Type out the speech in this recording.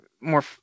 more